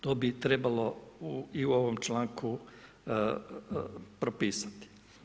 To bi trebalo i u ovom članku propisati.